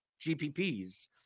GPPs